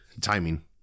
Timing